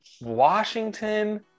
Washington